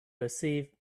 perceived